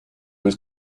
was